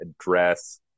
address